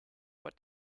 what